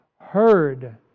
heard